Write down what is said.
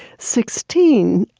sixteen,